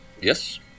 Yes